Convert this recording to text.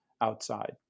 outside